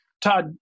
Todd